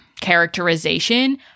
characterization